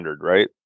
right